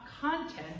content